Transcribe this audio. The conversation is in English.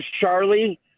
Charlie